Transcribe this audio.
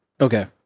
Okay